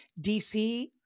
DC